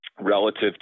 relative